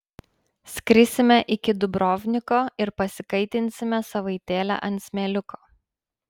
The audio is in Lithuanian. skrisime iki dubrovniko ir pasikaitinsime savaitėlę ant smėliuko